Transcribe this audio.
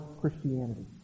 Christianity